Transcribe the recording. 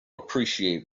appreciate